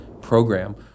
program